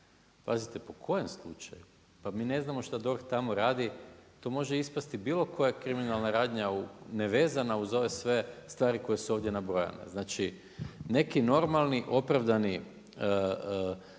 ali po kojem slučaju? Pa mi ne znamo šta DORH tamo radi. To može ispasti bilo koja kriminalna radnja u, ne vezana uz ove sve stvari koje su ovdje nabrojane. Znači, neki normalni opravdani,